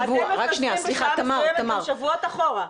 אתם מפזרים בשעה מסוימת כבר שבועות אחורה.